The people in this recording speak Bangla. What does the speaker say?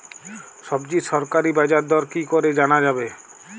সবজির সরকারি বাজার দর কি করে জানা যাবে?